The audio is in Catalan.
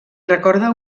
recorda